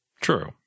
True